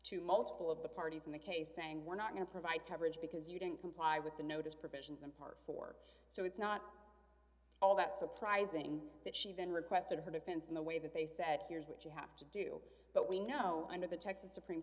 to multiple of the parties in the case saying we're not going to provide coverage because you didn't comply with the notice provisions in part for so it's not all that surprising that she then requested her defense in the way that they said here's what you have to do but we know under the texas supreme